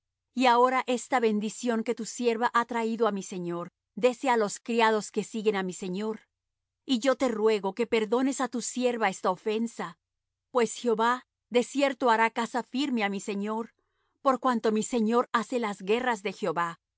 y ahora esta bendición que tu sierva ha traído á mi señor dése á los criados que siguen á mi señor y yo te ruego que perdones á tu sierva esta ofensa pues jehová de cierto hará casa firme á mi señor por cuanto mi señor hace las guerras de jehová